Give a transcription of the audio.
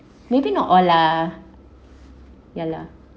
maybe not all lah ya lah